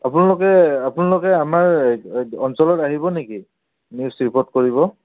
আপোনালোকে আপোনালোকে আমাৰ অঞ্চলত আহিব নেকি নিউজ ৰিপৰ্ট কৰিব